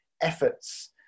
efforts